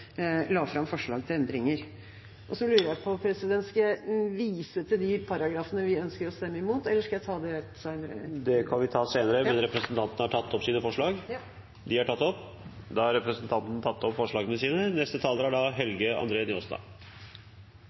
la fram forslag til endringer. Så lurer jeg på, president: Skal jeg vise til de paragrafene vi ønsker å stemme imot, eller skal jeg ta det senere? Det kan vi ta senere. Vil representanten ta opp forslagene fra Arbeiderpartiet? Ja. Representanten Lise Christoffersen har tatt opp forslagene fra Arbeiderpartiet og SV og forslagene som Arbeiderpartiet står bak alene. Pensjon er